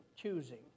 choosing